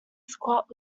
squat